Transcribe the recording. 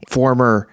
former